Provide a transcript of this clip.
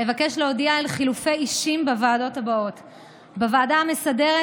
אבקש להודיע על חילופי אישים בוועדות הבאות: בוועדה המסדרת,